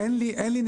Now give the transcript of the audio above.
אין לי נתונים.